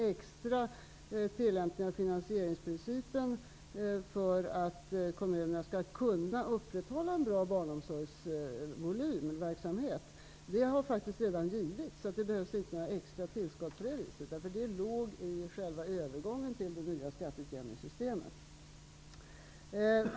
Extra tillämpning av finansieringsprincipen för att kommunerna skall kunna upprätthålla en god volym på barnomsorgsverksamheten har faktiskt redan gjorts. Det behövs inga extra tillskott på det viset. Det ingick i själva övergången till det nya skatteutjämningssystemet.